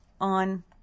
on